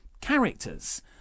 characters